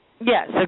Yes